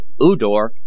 Udor